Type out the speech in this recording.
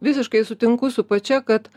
visiškai sutinku su pačia kad